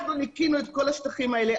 אנחנו ניקינו את כל השטחים האלה.